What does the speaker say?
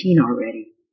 already